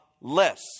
less